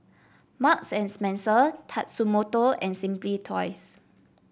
Marks and Spencer Tatsumoto and Simply Toys